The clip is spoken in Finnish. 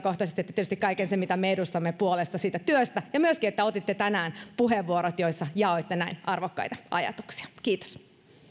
sekä henkilökohtaisesti että tietysti kaiken sen puolesta mitä me edustamme siitä työstä ja myöskin siitä että otitte tänään puheenvuorot joissa jaoitte näin arvokkaita ajatuksia kiitos